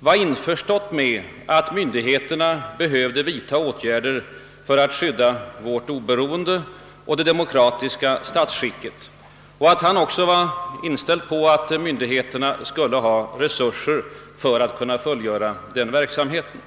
var införstått med att myndigheterna behövde vidta åtgärder för att skydda vårt oberoende och det demokratiska statsskicket och att han också var inställd på att myndigheterna skulle få resurser för att fullgöra den verksamheten.